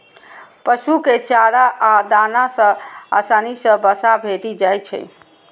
पशु कें चारा आ दाना सं आसानी सं वसा भेटि जाइ छै